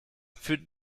für